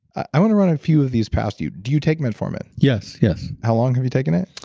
i want to run a few of these past you. do you take metformin? yes, yes how long have you taken it?